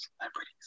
Celebrities